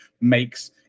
makes